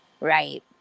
Right